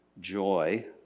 joy